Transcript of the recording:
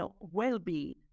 well-being